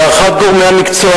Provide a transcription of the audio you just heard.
להערכת גורמי המקצוע,